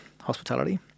hospitality